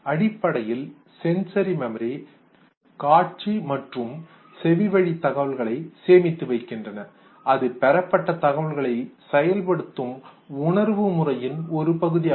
அடிப்படையில் sensory memory காட்சி மற்றும் செவிவழி தகவல்களை சேமித்து வைக்கின்றன அது பெறப்பட்ட தகவல்களை செயல்படுத்தும் உணர்வு செயல்முறையின் ஒரு பகுதியாகும்